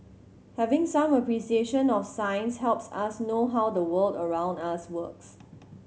having some appreciation of science helps us know how the world around us works